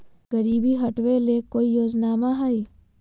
गरीबी हटबे ले कोई योजनामा हय?